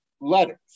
letters